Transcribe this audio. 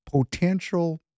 potential